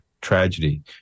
tragedy